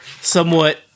somewhat